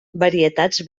varietats